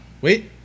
Wait